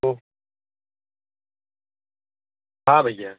हाँ हाँ भैया